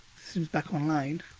the system is back online.